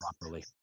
properly